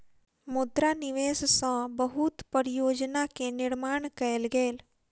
मुद्रा निवेश सॅ बहुत परियोजना के निर्माण कयल गेल